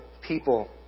people